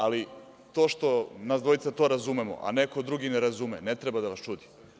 Ali, to što nas dvojica to razumemo, a neko drugi ne razume, ne treba da vas čudi.